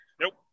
Nope